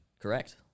Correct